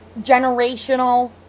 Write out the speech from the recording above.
generational